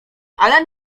ale